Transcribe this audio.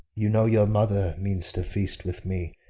you know your mother means to feast with me,